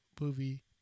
Movie